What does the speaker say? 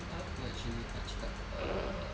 apa eh actually nak cakap err